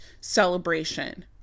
celebration